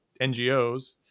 NGOs